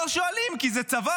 לא שואלים, כי זה צבא.